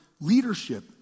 leadership